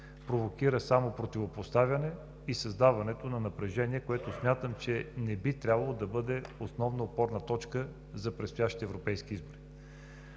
провокира само противопоставяне и създаване на напрежение, което смятам, че не би трябвало да бъде основна опорна точка за предстоящите европейски избори.